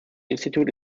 institute